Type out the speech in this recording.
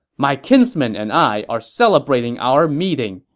my kinsman and i are celebrating our meeting.